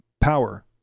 power